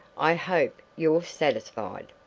i hope you're satisfied.